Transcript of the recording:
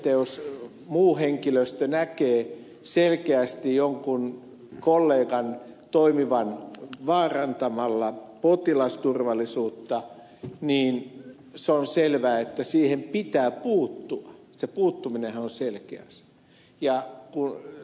jos muu henkilöstö näkee selkeästi jonkun kollegan toimivan vaarantamalla potilasturvallisuutta niin se on selvää että siihen pitää puuttua se puuttuminenhan on selkeä asia